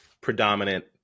predominant